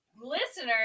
Listeners